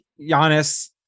Giannis